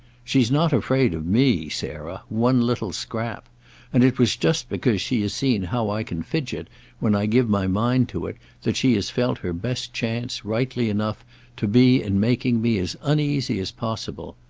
she's not afraid of me, sarah, one little scrap and it was just because she has seen how i can fidget when i give my mind to it that she has felt her best chance, rightly enough to be in making me as uneasy as possible.